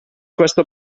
questo